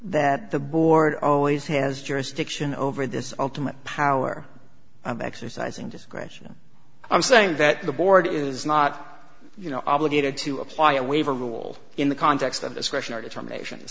that the board always has jurisdiction over this ultimate power i'm exercising discretion i'm saying that the board is not you know obligated to apply a waiver rule in the context of discretionary determination